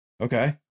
Okay